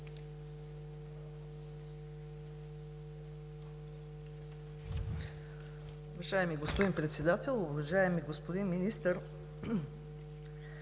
Уважаеми господин Председател! Уважаеми господин Министър,